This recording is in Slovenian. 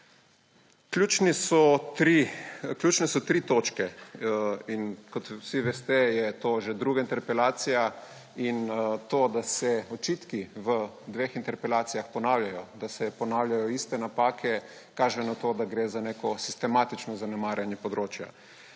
Ključne so tri točke, in kot vsi veste, je to že druga interpelacija. To, da se očitki v dveh interpelacijah ponavljajo, da se ponavljajo iste napake, kaže na to, da gre za neko sistematično zanemarjanje področja.